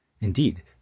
Indeed